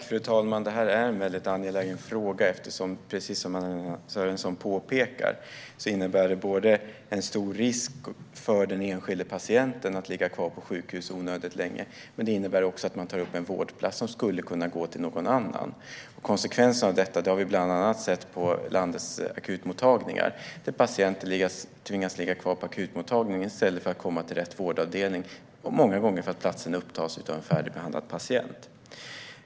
Fru talman! Detta är en väldigt angelägen fråga eftersom det, precis som Anna-Lena Sörenson påpekar, innebär en stor risk för den enskilda patienten att ligga kvar på sjukhus onödigt länge. Det innebär också att man tar upp en vårdplats som skulle kunna gå till någon annan. Konsekvensen av detta har vi bland annat sett på landets akutmottagningar, där patienter har tvingats ligga kvar i stället för att komma till rätt vårdavdelning. Det har många gånger skett på grund av att platsen upptas av en färdigbehandlad patient.